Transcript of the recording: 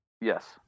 Yes